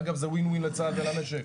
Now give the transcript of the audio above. אגב זה win-win לצה"ל ולמשק,